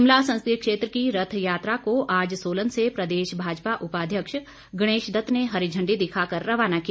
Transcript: शिमला संसदीय क्षेत्र की रथ यात्रा को आज सोलन से प्रदेश भाजपा उपाध्यक्ष गणेश दत्त ने हरी झंडी दिखा कर रवाना किया